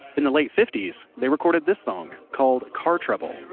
in the late fifties, they recorded this song, called car trouble.